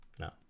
no